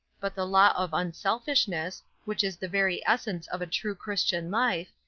but the law of unselfishness, which is the very essence of a true christian life,